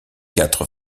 quatre